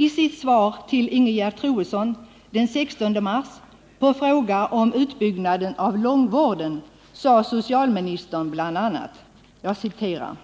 I sitt svar till Ingegerd Troedsson den 16 mars på en fråga om utbyggnaden av långvården sade socialministern bl.a. att